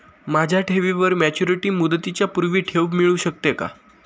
माझ्या ठेवीवर मॅच्युरिटी मुदतीच्या पूर्वी ठेव मिळू शकते का?